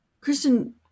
Kristen